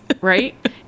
Right